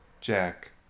Jack